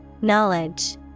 Knowledge